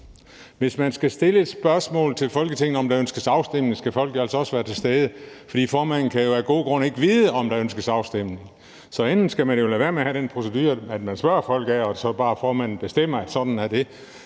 Hvis man skal stille et spørgsmål til Folketinget, om der ønskes afstemning, skal folk jo altså også være til stede, fordi formanden af gode grunde ikke kan vide, om der ønskes afstemning. Så enten skal man jo lade være med at have den procedure, at man spørger folk, og så bestemmer formanden bare,